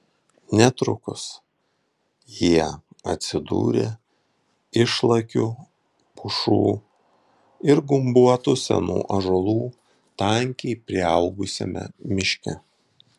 netrukus jie atsidūrė išlakių pušų ir gumbuotų senų ąžuolų tankiai priaugusiame miške